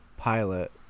pilot